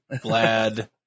glad